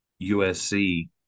USC